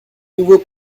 nouveau